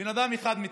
בן אדם אחד מתאמן,